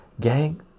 gang